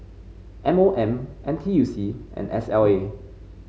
M O M N T U C and S L A